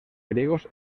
griegos